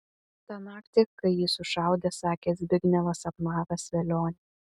tą naktį kai jį sušaudė sakė zbignevas sapnavęs velionį